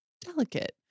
delicate